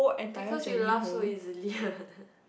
because you laugh so easily